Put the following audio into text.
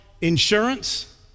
insurance